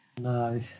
No